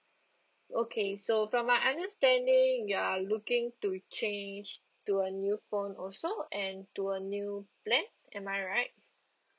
okay so from my understanding you are looking to change to a new phone also and to a new plan am I right